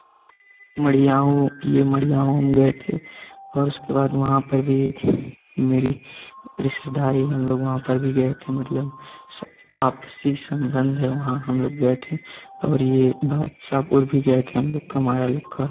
माड़ियाऊँ यह माड़ियाऊँ हम गए थे और उसके बाद वहाँ पर भी मेरी रिश्तेदारी हम लोग वहाँ पर भी गए थे मतलब सब आपसी सम्बन्ध है वहाँ हम लोग गए थे और यह बादशाहपुर भी गए थे हम लोग कमाया लोग का